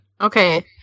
okay